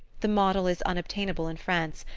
the model is unobtainable in france,